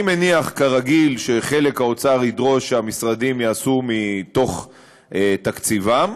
אני מניח כרגיל שחלק האוצר ידרוש שהמשרדים יעשו מתוך תקציבם,